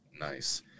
Nice